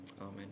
Amen